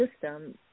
system